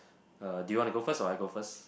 uh do you wanna go first or I go first